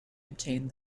obtained